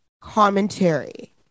commentary